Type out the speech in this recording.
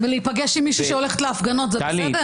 ולהיפגש עם מישהי שהולכת להפגנות זה בסדר?